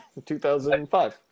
2005